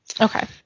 Okay